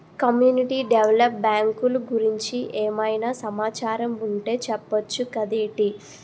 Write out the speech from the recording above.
community develop బ్యాంకులు గురించి ఏమైనా సమాచారం ఉంటె చెప్పొచ్చు కదేటి